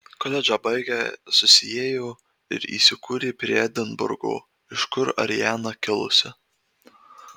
koledžą baigę susiėjo ir įsikūrė prie edinburgo iš kur ariana kilusi